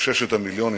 לששת המיליונים,